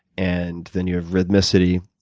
and then you have rhythmicity.